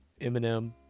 Eminem